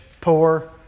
poor